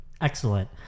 Excellent